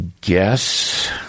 guess